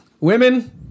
women